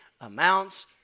amounts